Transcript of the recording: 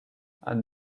and